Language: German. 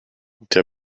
der